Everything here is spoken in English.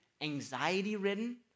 anxiety-ridden